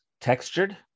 textured